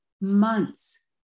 months